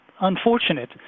unfortunate